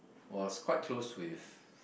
was quite close with